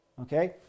Okay